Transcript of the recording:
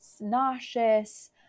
nauseous